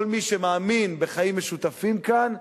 כל מי שמאמין בחיים משותפים כאן,